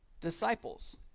disciples